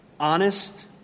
Honest